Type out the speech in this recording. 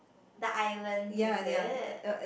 the island is it